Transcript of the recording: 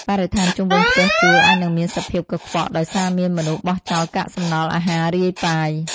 បរិស្ថានជុំវិញផ្ទះជួលអាចនឹងមានសភាពកខ្វក់ដោយសារមានមនុស្សបោះចោលកាកសំណល់អាហាររាយប៉ាយ។